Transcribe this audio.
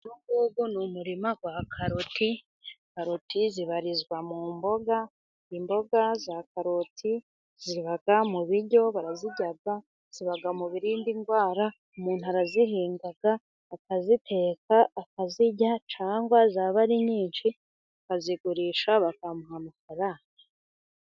Uyu nguyu ni murima wa karoti，karoti zibarizwa mu mboga， imboga za karoti ziba mu biryo， barazirya， ziba mu biriinda indwara，umuntu arazihinga， akaziteka，akazirya， cyangwa zaba ari nyinshi， akazigurisha bakamuha amafaranga.